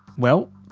well,